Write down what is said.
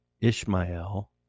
Ishmael